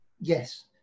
Yes